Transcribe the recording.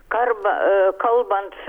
karba aa kalbant